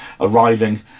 arriving